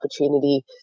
opportunity